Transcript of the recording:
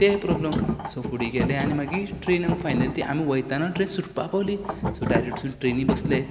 तें problem so फुडें गेले आनी मागीर ट्रेन आमकां फायनली ती आमी वयताना ट्रेन सुटपाक पावली सो डायरेक्ट ते ट्रेनींत बसले